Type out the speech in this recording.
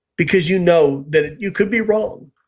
because you know that you could be wrong.